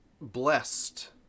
blessed